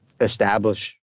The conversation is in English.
establish